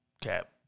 Cap